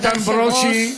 איתן ברושי,